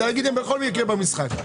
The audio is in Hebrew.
כדי להגיד להם שבכל מקרה הם במשחק.